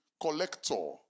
collector